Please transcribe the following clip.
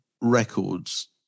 records